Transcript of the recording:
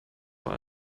vor